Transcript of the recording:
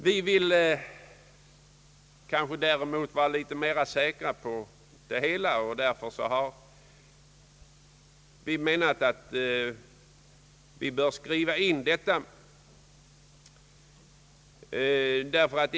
Vi vill emellertid vara mera säkra på detta, vilket vi velat ge uttryck åt i utskottets utlåtande.